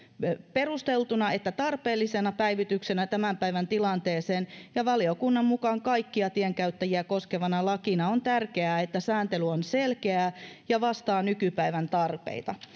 perusteltuna ja tarpeellisena päivityksenä tämän päivän tilanteeseen ja valiokunnan mukaan kaikkia tienkäyttäjiä koskevana lakina on tärkeää että sääntely on selkeää ja vastaa nykypäivän tarpeita